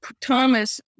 Thomas